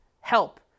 help